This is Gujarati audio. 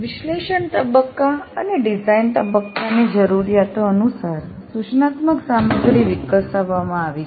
વિશ્લેષણ તબક્કા અને ડિઝાઇન તબક્કાની જરૂરિયાતો અનુસાર સૂચનાત્મક સામગ્રી વિકસાવવામાં આવી છે